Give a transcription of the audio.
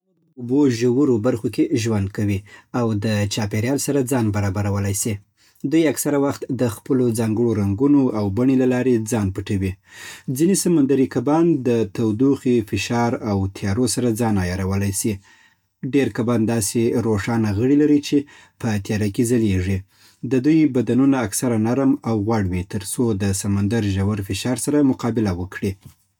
سمندري کبان د اوبو ژورو برخو کې ژوند کوي او د چاپېریال سره ځان برابرولی سي. دوی اکثره وخت د خپلو ځانګړو رنګونو او بڼې له لارې ځان پټوي. ځینې سمندري کبان د تودوخې، فشار او تیارو سره ځان عیارولی سی. ډېر کبان داسې روښانه غړي لري چې په تیاره کې ځلیږي. د دوی بدنونه اکثره نرم او غوړ وي تر څو د سمندر ژور فشارسره مقباله وکړی